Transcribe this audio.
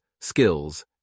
skills